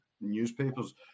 newspapers